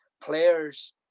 players